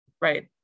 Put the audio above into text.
right